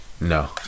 No